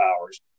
hours